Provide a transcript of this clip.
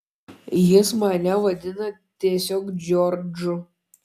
jis mane vadina tiesiog džordžu